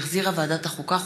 שהחזירה ועדת החוקה,